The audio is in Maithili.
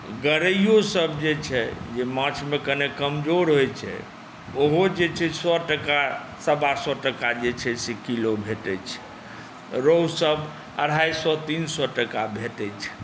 गरैओसभ जे छै जे माछमे कनेक कमजोर होइत छै ओहो जे छै सए टाका सवा सए टाका जे छै से किलो भेटैत छै रहुसभ अढ़ाइ सए तीन सए टाका भेटैत छै